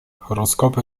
horoskopy